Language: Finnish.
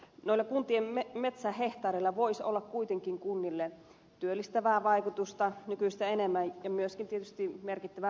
noilla kuntien metsähehtaareilla voisi olla kuitenkin kunnille työllistävää vaikutusta nykyistä enemmän ja myöskin tietysti merkittävää metsänhoidollista vaikutusta